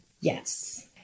Yes